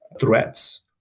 Threats